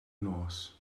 nos